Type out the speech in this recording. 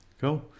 Cool